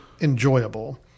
enjoyable